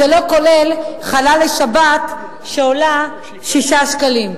זה לא כולל חלה לשבת, שעולה 6 שקלים.